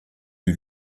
eut